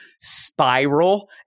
spiral